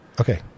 Okay